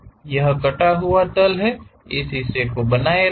यह कटा हुआ तल है उस हिस्से को बनाए रखें